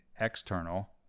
external